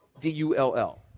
D-U-L-L